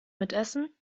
mitessen